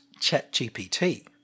ChatGPT